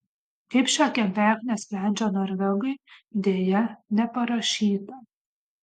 kaip šią kebeknę sprendžia norvegai deja neparašyta